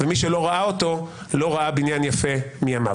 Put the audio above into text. ומי שלא ראה אותו לא ראה בניין יפה מימיו.